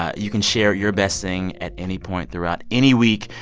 you can share your best thing at any point throughout any week.